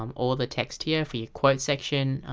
um all the text here for your quote section.